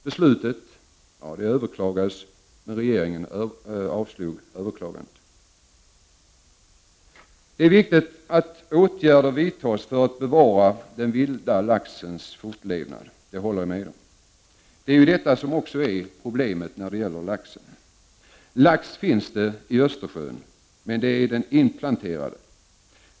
Besluten överklagades, men regeringen avslog överklagandena. Jag håller med om att det är viktigt att åtgärder vidtas för att bevara den vilda laxens fortlevnad. Det är ju också detta som är problemet när det gäller laxen. Det finns lax i Östersjön, men där är den inplanterade.